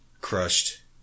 crushed